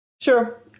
Sure